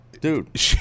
dude